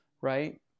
right